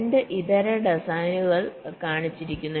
2 ഇതര ഡിസൈനുകൾ കാണിച്ചിരിക്കുന്നു